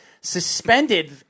suspended